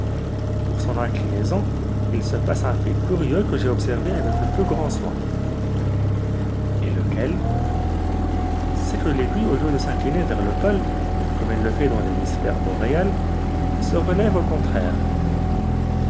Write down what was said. pour son inclinaison il se passe un fait curieux que j'ai observé avec le plus grand soin et lequel c'est que l'aiguille au lieu de s'incliner vers le pôle comme elle le fait dans l'hémisphère boréal se relève au contraire